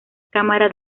cámara